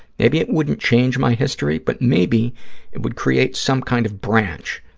maybe it wouldn't change my history, but maybe it would create some kind of branch,